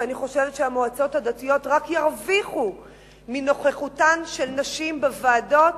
ואני חושבת שהמועצות הדתיות רק ירוויחו מנוכחותן של נשים בוועדות,